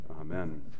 amen